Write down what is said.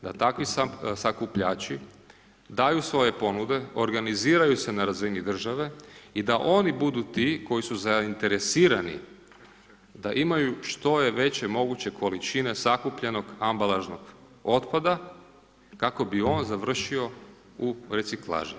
Da takvi sakupljači daju svoje ponude, organiziraju se na razini države i da oni budu ti koji su zainteresirani da imaju što je veće moguće količine sakupljenog ambalažnog otpada, kako bi on završio u reciklaži.